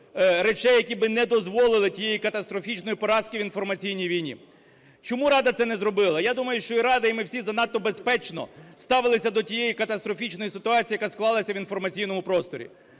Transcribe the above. речей, які би не дозволили тієї катастрофічної поразки в інформаційній війні. Чому рада це не зробила? Я думаю, що і рада, і ми всі занадто безпечно ставилися до тієї катастрофічної ситуації, яка склалася в інформаційному просторі.